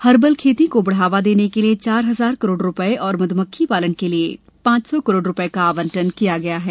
herbal खेती को बढावा देने के लिए चार हजार करोड रूपये और मध्मक्खी पालन के लिए पांच सौ करोड रूपये का आवंटन किया गया है